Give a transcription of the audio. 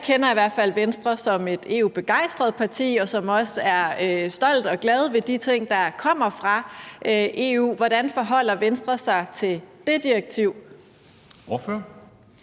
jeg kender i hvert fald Venstre som et EU-begejstret parti, som også er stolt over og glad ved de ting, der kommer fra EU. Hvordan forholder Venstre sig til det direktiv?